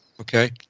Okay